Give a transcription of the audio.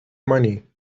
money